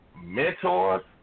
mentors